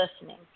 listening